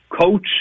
coach